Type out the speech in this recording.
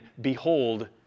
behold